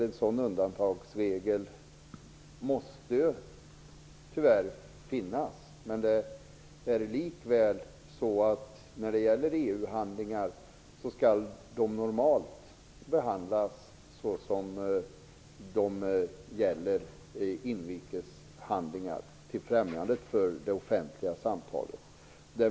En sådan undantagsregel måste tyvärr finnas, men EU handlingar skall likafullt normalt behandlas på samma sätt som inrikeshandlingar, för det offentliga samtalets främjande.